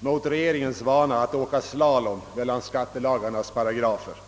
mot regeringens vana att åka slalom mellan skattelagarnas paragraftecken.